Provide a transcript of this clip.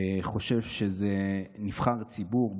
חושב שזה נבחר ציבור,